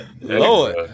Lord